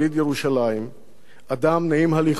אדם נעים הליכות ומצניע לכת,